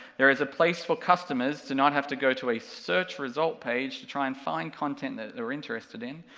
there is a place for customers to not have to go to a search result page to try and find content that they're interested in,